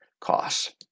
costs